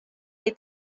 est